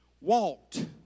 walked